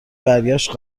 برگشت